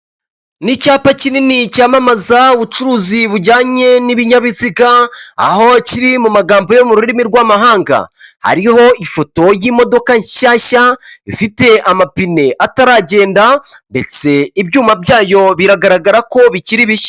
Ni icyapa kinini cyamamaza ubucuruzi bujyanye n'ibinyabiziga aho kiri mu magambo yo mu rurimi rwa'amahanga, ariho ifoto y'imodoka nshyashya ifite amapine ataragenda ndetse ibyuma byayo biragaragara ko bikiri bishya.